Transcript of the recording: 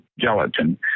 gelatin